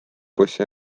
poisi